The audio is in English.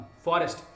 forest